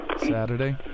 Saturday